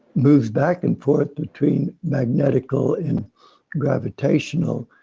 moves back and forth between magnetical and gravitational.